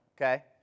okay